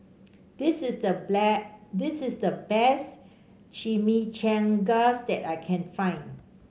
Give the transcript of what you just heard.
this is the this is the best Chimichangas that I can find